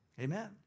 Amen